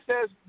says